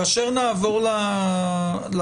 כאשר נעבור למאגר,